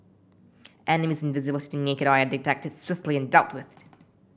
enemies invisible to naked eye are detected swiftly and dealt with